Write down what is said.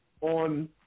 on